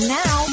now